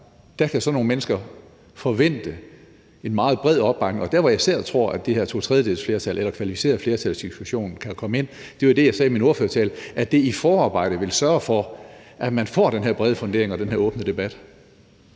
bare, at sådan nogle mennesker kan forvente en meget bred opbakning. Og der, hvor jeg selv tror, at det her totredjedelsflertal eller kvalificerede flertal kan være relevant – det var det, jeg sagde i min ordførertale – er, at det i forarbejdet vil sørge for, at man får den her brede fundering og den her åbne debat.